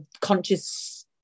conscious